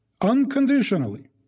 unconditionally